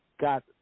got